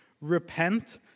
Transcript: repent